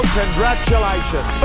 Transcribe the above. congratulations